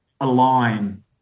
align